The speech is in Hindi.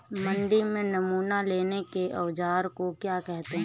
मंडी में नमूना लेने के औज़ार को क्या कहते हैं?